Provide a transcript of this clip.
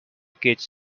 kids